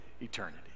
eternity